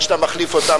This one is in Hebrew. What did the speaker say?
עד שאתה מחליף אותם,